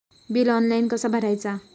Bill online कसा भरायचा?